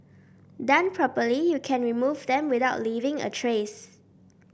done properly you can remove them without leaving a trace